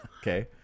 Okay